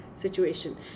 situation